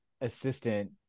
assistant